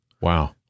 Wow